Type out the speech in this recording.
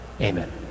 Amen